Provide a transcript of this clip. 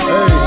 Hey